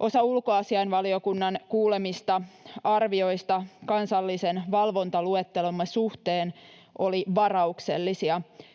Osa ulkoasiainvaliokunnan kuulemista arvioista kansallisen valvontaluettelomme suhteen oli varauksellisia. Perusteluna